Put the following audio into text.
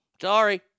Sorry